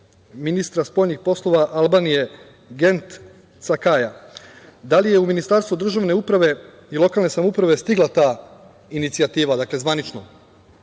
ministra spoljnih poslova Albanije Gent Cakaja. Da li je u Ministarstvu državne uprave i lokalne samouprave stigla zvanično